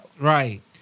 right